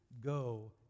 Go